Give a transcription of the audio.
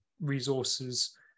resources